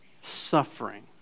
suffering